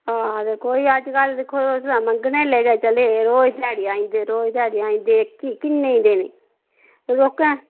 ते अज्जकल दिक्खो तुस मंग्गनें आह्ले आई जंदे रोज़ ध्याड़ी आई जंदे ते किन्नी देनी लोकें